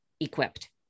equipped